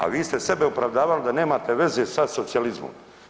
A vi ste sebe opravdavali da nemate veze sa socijalizmom.